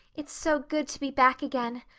it's so good to be back again.